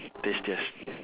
tastiest